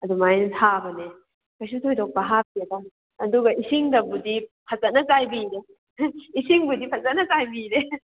ꯑꯗꯨꯃꯥꯏꯅ ꯊꯥꯕꯅꯦ ꯀꯩꯁꯨ ꯊꯣꯏꯗꯣꯛꯄ ꯍꯥꯞꯇꯦꯗ ꯑꯗꯨꯒ ꯏꯁꯤꯡꯗꯕꯨꯗꯤ ꯐꯖꯅ ꯆꯥꯏꯕꯤꯔꯦ ꯏꯁꯤꯡꯕꯨꯗꯤ ꯐꯖꯅ ꯆꯥꯏꯕꯤꯔꯦ